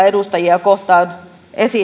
edustajia kohtaan esittää